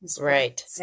Right